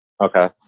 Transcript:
Okay